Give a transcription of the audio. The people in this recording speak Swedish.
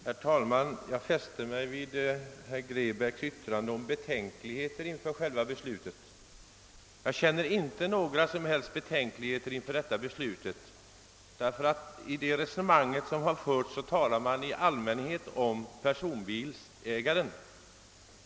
Herr talman! Jag fäste mig vid herr Grebäcks yttrande om betänkligheter inför själva beslutet. Jag känner inte några som helst betänkligheter inför detta beslut. I det resonemang som förs talar man i allmänhet om personbilägarna.